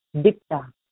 Dicta